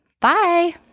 Bye